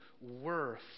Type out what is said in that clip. worth